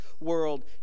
world